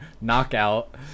Knockout